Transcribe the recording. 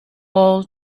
all